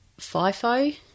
FIFO